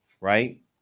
right